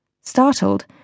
Startled